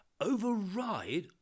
override